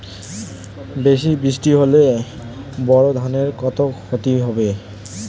বেশি বৃষ্টি হলে বোরো ধানের কতটা খতি হবে?